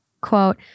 quote